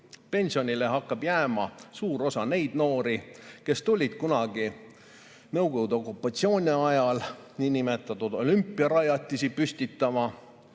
Pensionile hakkab jääma suur osa neid noori, kes tulid kunagi Nõukogude okupatsiooni ajal niinimetatud olümpiarajatisi püstitama,